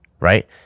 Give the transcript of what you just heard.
right